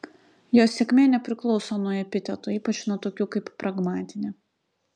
jos sėkmė nepriklauso nuo epitetų ypač nuo tokių kaip pragmatinė